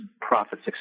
profits